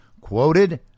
quoted